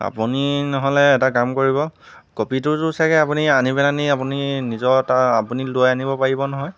আপুনি নহ'লে এটা কাম কৰিব ক'পিতোটো চাগে আপুনি আনি পেলাই নি আপুনি নিজৰ এটা আপুনি লৈ আনিব পাৰিব নহয়